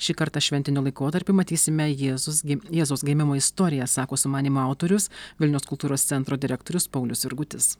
šį kartą šventiniu laikotarpiu matysime jėzus gi jėzaus gimimo istoriją sako sumanymo autorius vilniaus kultūros centro direktorius paulius jurgutis